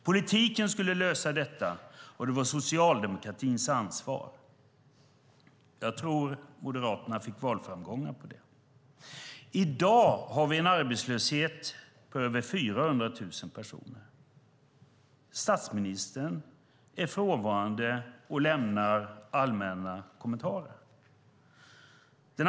Politiken skulle lösa detta, och det var socialdemokratins ansvar. Jag tror att Moderaterna fick valframgångar på det. I dag har vi en arbetslöshet på över 400 000 personer. Statsministern är frånvarande och lämnar allmänna kommentarer.